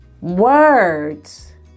words